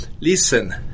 listen